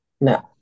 No